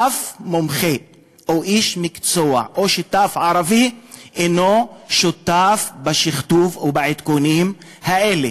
אף מומחה או איש מקצוע או שותף ערבי אינו שותף בשכתוב ובעדכונים האלה.